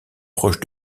proche